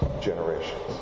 generations